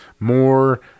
more